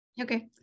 Okay